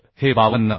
तर हे 52